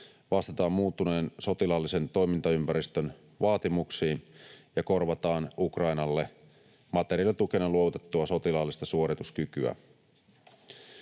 vastataan muuttuneen sotilaallisen toimintaympäristön vaatimuksiin ja korvataan Ukrainalle materiaalitukena luovutettua sotilaallista suorituskykyä.